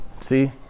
See